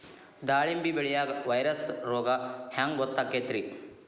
ದಾಳಿಂಬಿ ಬೆಳಿಯಾಗ ವೈರಸ್ ರೋಗ ಹ್ಯಾಂಗ ಗೊತ್ತಾಕ್ಕತ್ರೇ?